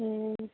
हूँ